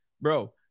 bro